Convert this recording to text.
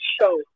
show